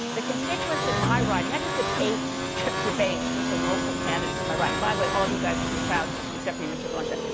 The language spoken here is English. the constituents in my riding i just did eight debates with the local candidates in my riding. by the way, all of you guys can be proud, except for you, mr. blanchet,